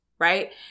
right